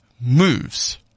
moves